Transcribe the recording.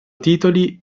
titoli